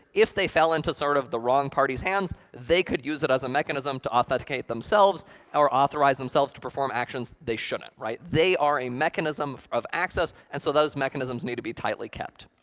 if they fell into sort of the wrong party's hands, they could use it as a mechanism to authenticate themselves or authorize themselves to perform actions they shouldn't, right? they are a mechanism of access, and so those mechanisms need to be tightly kept.